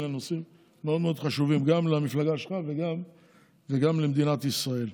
אלה נושאים מאוד מאוד חשובים גם למפלגה שלך וגם למדינת ישראל.